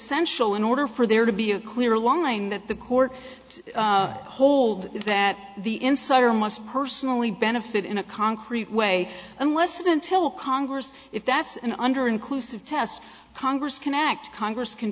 ial in order for there to be a clear line that the court hold that the insider must personally benefit in a concrete way unless and until congress if that's an under inclusive test congress can act congress can